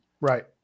Right